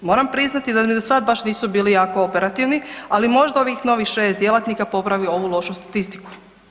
Moramo priznati da ni do sad baš nisu bili jako operativni, ali možda ovih novih 6 djelatnika popravi ovu lošu statistiku.